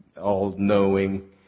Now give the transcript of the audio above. all-knowing